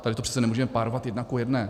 Tady to přece nemůžeme párovat jedna ku jedné.